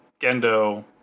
Gendo